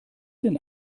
denn